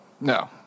No